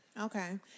Okay